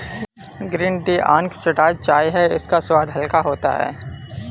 green tea unoxidised चाय है इसका स्वाद हल्का होता है